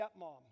stepmom